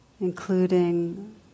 including